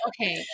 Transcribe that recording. Okay